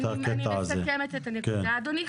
אני מסכמת את הנקודה אדוני.